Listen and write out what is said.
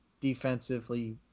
defensively